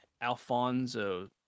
Alfonso